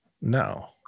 No